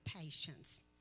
patience